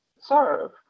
serve